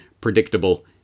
predictable